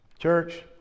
Church